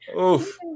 Oof